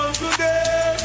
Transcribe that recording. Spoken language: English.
today